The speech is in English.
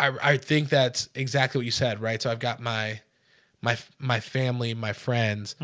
i think that's exactly what you said, right so i've got my my my family, my friends